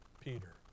Peter